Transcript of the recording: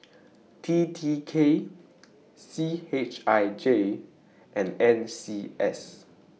T T K C H I J and N C S